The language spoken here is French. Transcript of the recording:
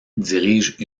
dirige